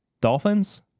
dolphins